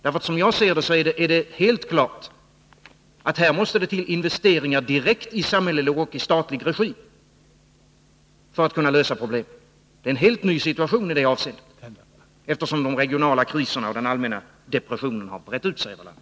Enligt min mening är det helt klart att det måste till investeringar direkt i samhällelig och statlig regi för att problemen skall kunna lösas. I det avseendet är det en helt ny situation, eftersom de regionala kriserna och den allmänna depressionen har brett ut sig i landet.